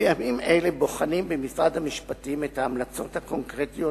בימים אלה בוחנים במשרד המשפטים את ההמלצות הקונקרטיות